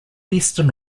eastern